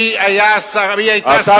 מי היתה שרת החוץ באותה תקופה?